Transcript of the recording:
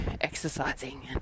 exercising